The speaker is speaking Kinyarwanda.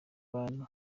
bantu